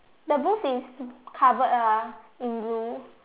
the booth is covered ah in blue